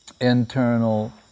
internal